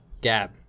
Gab